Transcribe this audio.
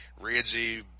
Reggie